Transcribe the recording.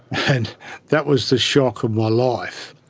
and that was the shock of my life.